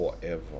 Forever